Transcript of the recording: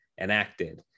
enacted